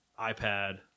iPad